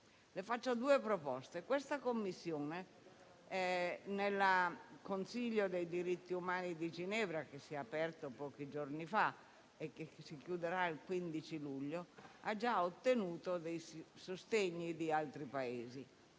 le faccio due proposte. La prima, quella della commissione, nel Consiglio dei diritti umani di Ginevra, che si è aperto pochi giorni fa e che si chiuderà il 15 luglio, ha già ottenuto il sostegno di altri Paesi.